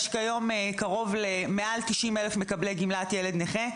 יש היום מעל ל-90,000 מקבלי גמלת ילד נכה.